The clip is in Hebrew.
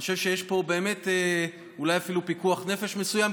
אני חושב שיש פה באמת אולי אפילו פיקוח נפש מסוים,